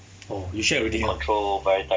oh you shared already ah